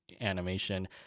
animation